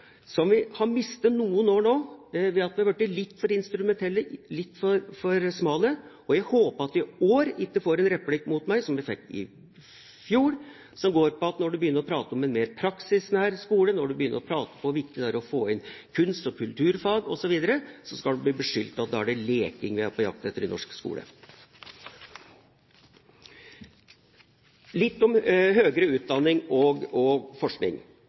kunnskapssynet. Vi har mistet noen år ved at vi har blitt litt for instrumentelle, litt for smale. Jeg håper at jeg i år ikke får en replikk mot meg som den jeg fikk i fjor, som går på at når en begynner å prate om en mer praksisnær skole, når en begynner å prate om hvor viktig det er å få inn kunst- og kulturfag osv., skal en bli beskyldt for at da er det leking vi er på jakt etter i norsk skole. Litt om høyere utdanning og forskning: